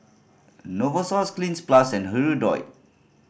Novosource Cleanz Plus and Hirudoid